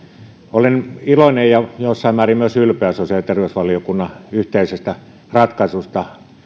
olen iloinen ja jossain määrin myös ylpeä sosiaali ja terveysvaliokunnan yhteisestä ratkaisusta